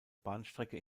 bahnstrecke